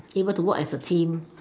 able to work as a team